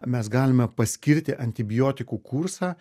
mes galime paskirti antibiotikų kursą